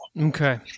Okay